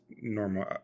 normal